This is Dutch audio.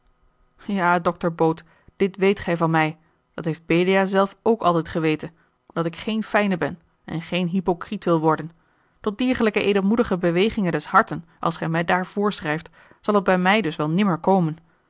ja dokter boot dit weet gij van mij dat heeft belia zelf ook altijd geweten dat ik geen fijne ben en geen hypocriet wil worden tot diergelijke edelmoedige beweging des harten als gij mij daar voorschrijft zal het bij mij dus wel nimmer komen